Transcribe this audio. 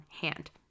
hand